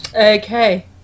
okay